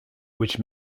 which